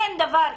אין דבר כזה.